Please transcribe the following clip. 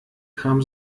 kam